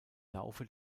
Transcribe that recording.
laufe